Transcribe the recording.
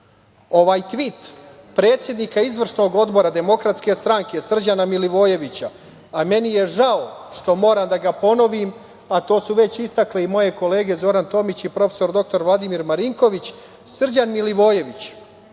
Ovaj tvit predsednika Izvršnog odbora DS Srđana Milivojevića, meni je žao što moram da ga ponovim, a to su već istakle i moje kolege Zoran Tomić i prof. dr Vladimir Marinković, Srđan Milivojević